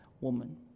woman